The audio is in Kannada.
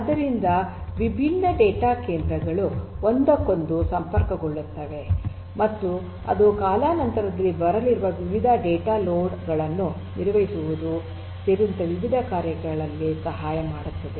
ಆದ್ದರಿಂದ ವಿಭಿನ್ನ ಡೇಟಾ ಕೇಂದ್ರಗಳು ಒಂದಕ್ಕೊಂದು ಸಂಪರ್ಕಗೊಳ್ಳುತ್ತವೆ ಮತ್ತು ಅದು ಕಾಲಾನಂತರದಲ್ಲಿ ಬರಲಿರುವ ವಿವಿಧ ಡೇಟಾ ಲೋಡ್ ಗಳನ್ನು ನಿರ್ವಹಿಸುವುದು ಸೇರಿದಂತೆ ವಿವಿಧ ರೀತಿಯಲ್ಲಿ ಸಹಾಯ ಮಾಡುತ್ತದೆ